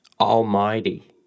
almighty